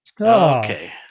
Okay